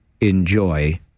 enjoy